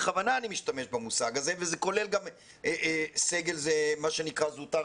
בכוונה אני משתמש במושג הזה וזה כולל גם מה שנקרא סגל זוטר,